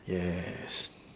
yes